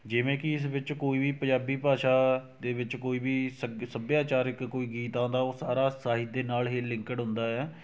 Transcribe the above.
ਜਿਵੇਂ ਕਿ ਇਸ ਵਿੱਚ ਕੋਈ ਵੀ ਪੰਜਾਬੀ ਭਾਸ਼ਾ ਦੇ ਵਿੱਚ ਕੋਈ ਵੀ ਸੱਭ ਸੱਭਿਆਚਾਰਕ ਕੋਈ ਗੀਤ ਆਉਂਦਾ ਉਹ ਸਾਰਾ ਸਾਹਿਤ ਦੇ ਨਾਲ਼ ਹੀ ਲਿੰਕਡ ਹੁੰਦਾ ਏ ਆ